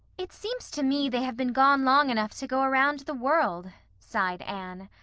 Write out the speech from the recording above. it seems to me they have been gone long enough to go around the world, sighed anne.